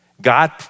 God